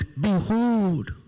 behold